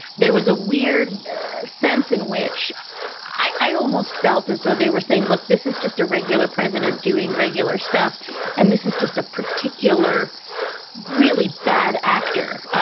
there was a weird sense in which i almost felt as though they were saying, look, this is just a regular president doing regular stuff and this is just a particular really bad actor.